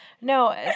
no